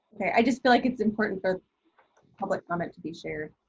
i just feel like it's important for public comments to be shared.